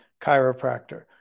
chiropractor